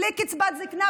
בלי קצבת זקנה,